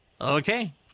Okay